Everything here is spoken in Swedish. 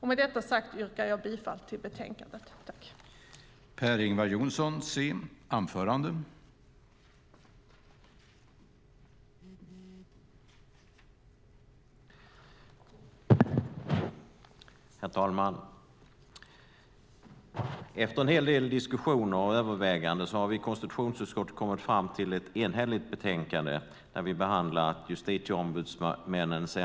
Med detta sagt yrkar jag bifall till utskottets förslag i betänkandet.